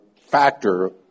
factor